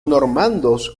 normandos